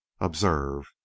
Observe